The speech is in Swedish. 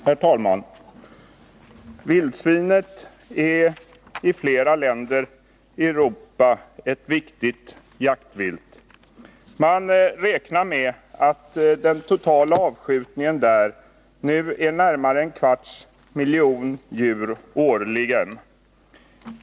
Herr talman! Vildsvinet är i flera länder i Europa ett viktigt jaktvilt. Man räknar med att den totala avskjutningen där nu är en kvarts miljon djur årligen.